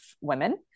women